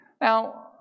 Now